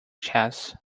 chess